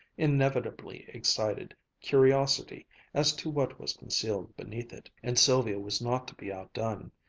inevitably excited curiosity as to what was concealed beneath it. and sylvia was not to be outdone.